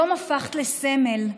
היום הפכת לסמל.